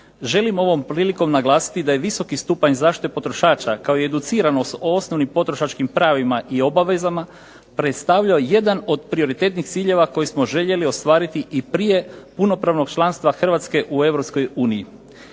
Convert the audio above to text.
Želim ovom prilikom naglasiti da je visoki stupanj zaštite potrošača kao i educiranost o osnovnim potrošačkim pravima i obavezama predstavljaju jedan od prioritetnih ciljeva koje smo željeli ostvariti i prije punopravnog članstva Hrvatske u